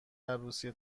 عروسی